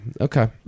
okay